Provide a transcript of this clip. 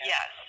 Yes